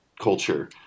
culture